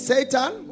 Satan